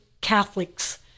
Catholics